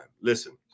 Listen